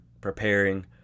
preparing